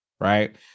right